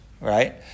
right